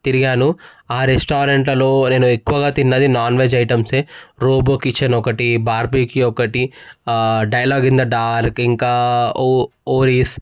తిరిగాను ఆ రెస్టారెంట్లలో నేను ఎక్కువగా తిన్నది non veg items a robo kitchen ఒకటి బార్బిక్యూ ఒకటి ఆ డైలాగ్ ఇన్ ద డార్క్ ఇంకా ఓ ఓరీస్